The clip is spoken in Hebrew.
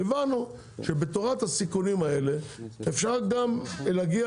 הבנו שבתורת הסיכונים האלה אפשר גם להגיע